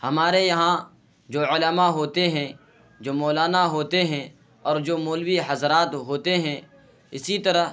ہمارے یہاں جو علما ہوتے ہیں جو مولانا ہوتے ہیں اور جو مولوی حضرات ہوتے ہیں اسی طرح